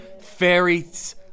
fairies